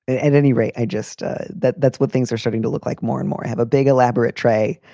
at any rate, i just that that's what things are starting to look like more and more. i have a big elaborate tray.